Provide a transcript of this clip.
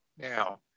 Now